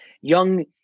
young